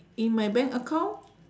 in my bank account